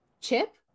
Chip